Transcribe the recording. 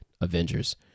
Avengers